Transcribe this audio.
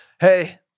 Hey